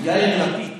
יאיר לפיד,